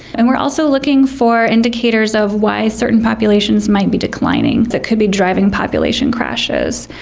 and we're also looking for indicators of why certain populations might be declining that could be driving population crashes.